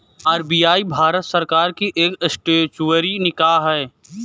RBI Bharat सरकार की एक स्टेचुअरी निकाय है